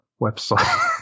website